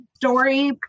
story